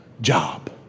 job